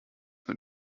mit